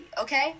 okay